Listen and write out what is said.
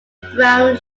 brown